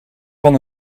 van